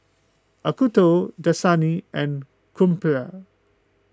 Acuto Dasani and Crumpler